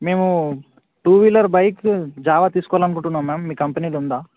మేము two wheeler bike Jawa తీసుకోవాలనుకుంటున్నాం ma'am మీ కంపెనీది ఉందా